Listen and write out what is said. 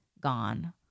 gone